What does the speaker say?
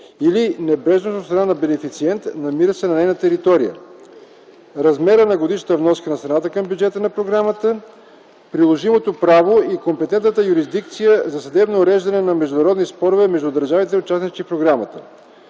или небрежност от страна на бенефициент, намиращ се на нейна територия; размера на годишната вноска на страната към бюджета на програмата; приложимото право и компетентната юрисдикция за съдебно уреждане на международни спорове между държавите – участнички в програмата.